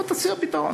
בוא, תציע פתרון.